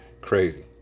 Crazy